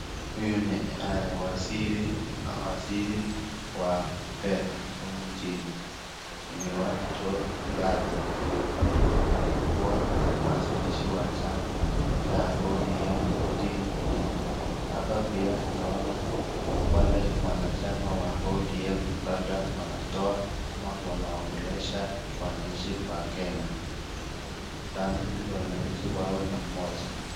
Huyu ni waziri wa fedha humu nchini, Mheshimiwa John Mbadi, yeye alikuwa mwanzilishi wa chama cha ODM nchini humu. Hapa pia naona wale wanachama wa ODM labda wanatoa ama wanaongelesha wananchi wa Kenya, ni ya muhimu sana ili wananchi wawe na umoja.